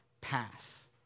pass